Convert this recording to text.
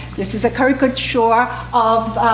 this is a caricature of